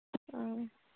ꯑ